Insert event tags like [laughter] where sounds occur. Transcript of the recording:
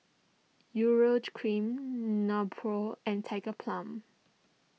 Urea [unintelligible] Cream Nepro and Tigerbalm